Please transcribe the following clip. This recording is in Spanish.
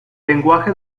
lenguaje